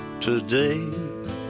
today